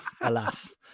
alas